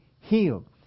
healed